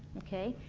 okay?